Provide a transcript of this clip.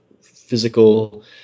physical